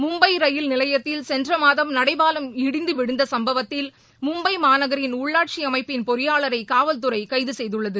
Mumbai rail நிலையத்தில் சென்ற மாதம் நடைபாலம் இடிந்து விழுந்த சம்பவத்தில் மும்பை மாநகரின் உள்ளாட்சி அமைப்பின் பொறியாளரை காவல்துறை கைது செய்துள்ளது